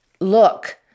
look